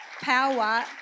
power